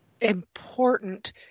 important